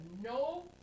no